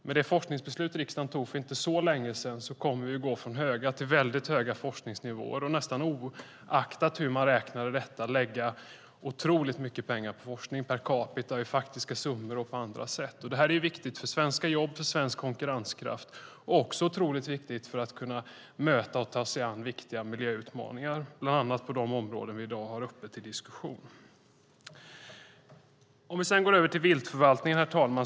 Med det forskningsbeslut som riksdagen tog för inte så länge sedan kommer vi att gå från höga till mycket höga forskningsnivåer och nästan oavsett hur man räknar lägga otroligt mycket pengar på forskning per capita, i faktiska summor och på andra sätt. Detta är viktigt för svenska jobb, för svensk konkurrenskraft och för att kunna möta och ta oss an viktiga miljöutmaningar, bland annat på de områden som vi i dag har uppe till diskussion. Jag ska därefter gå över till viltförvaltningen.